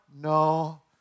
No